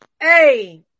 hey